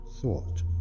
thought